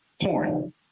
porn